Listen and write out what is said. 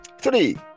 Three